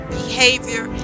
behavior